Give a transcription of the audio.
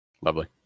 Lovely